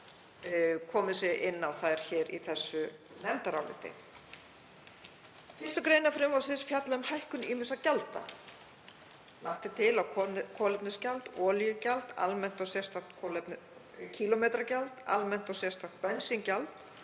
komið sé inn á þær í þessu nefndaráliti. Fyrstu greinar frumvarpsins fjalla um hækkun ýmissa gjalda. Lagt er til að kolefnisgjald, olíugjald, almennt og sérstakt kílómetragjald, almennt og sérstakt bensíngjald,